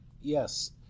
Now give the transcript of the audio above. Yes